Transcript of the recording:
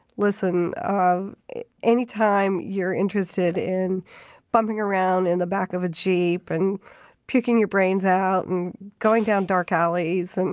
listen, any time you're interested in bumping around in the back of a jeep, and puking your brains out, and going down dark alleys, and